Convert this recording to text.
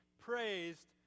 praised